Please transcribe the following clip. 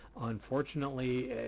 Unfortunately